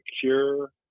secure